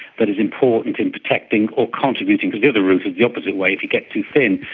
that is important in protecting or contributing to do the route of the opposite way, to get too thin,